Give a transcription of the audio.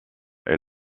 est